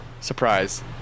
Surprise